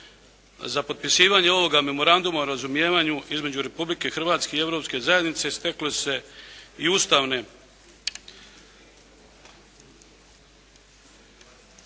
Za potpisivanje ovoga memoranduma o razumijevanju između Republike Hrvatske i Europske zajednice stekle su se i Ustavne,